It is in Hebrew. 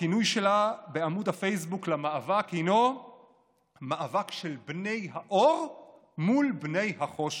הכינוי שלה בעמוד הפייסבוק למאבק הוא "מאבק של בני האור מול בני החושך".